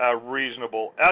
reasonable